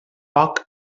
foc